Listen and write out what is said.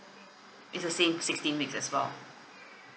it's the same sixteen weeks as well